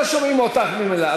לא שומעים אותך ממילא,